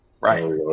Right